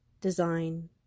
design